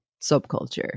subculture